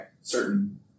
certain